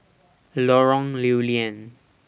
Lorong Lew Lian